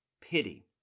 pity